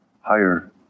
higher